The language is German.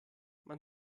man